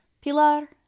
Pilar